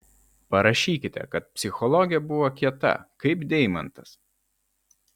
parašykite kad psichologė buvo kieta kaip deimantas